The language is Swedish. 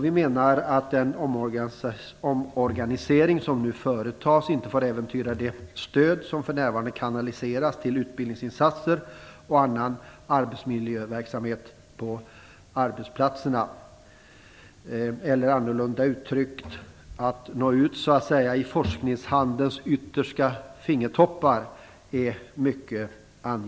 Vi menar att den omorganisering som nu företas inte får äventyra det stöd som för närvarande kanaliseras till utbildningsinsatser och annan arbetsmiljöverksamhet på arbetsplatserna. Det är annorlunda uttryckt mycket angeläget att nå ut i forskningshandens yttersta fingertoppar.